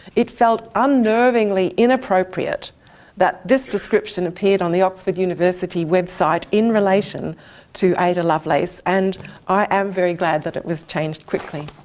it felt unnervingly inappropriate that this description appeared on the oxford university website in relation to ada lovelace and i am very glad that it was changed quickly.